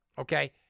Okay